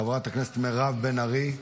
חברת הכנסת מירב בן ארי,